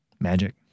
Magic